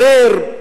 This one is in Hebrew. אומר: